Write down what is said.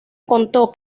contó